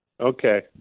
Okay